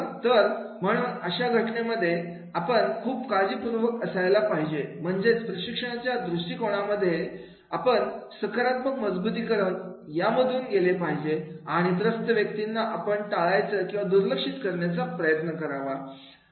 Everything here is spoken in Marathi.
तर म्हणून अशा घटनेमध्ये आपण खूप काळजीपूर्वक असायला पाहिजे म्हणजे प्रशिक्षणाच्या दृष्टी कोणामध्ये बरोबर आपण सकारात्मक मजबुतीकरण यामधून गेले पाहिजे आणि त्रस्त व्यक्तिमत्त्वांना आपण टाळायचा किंवा दुर्लक्षित करण्याचा प्रयत्न करावा